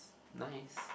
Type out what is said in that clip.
nice